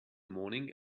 morning